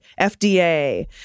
FDA